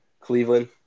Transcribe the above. Cleveland